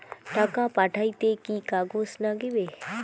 টাকা পাঠাইতে কি কাগজ নাগীবে?